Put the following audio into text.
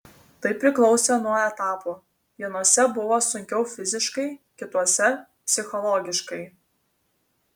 tai priklausė nuo etapų vienuose buvo sunkiau fiziškai kituose psichologiškai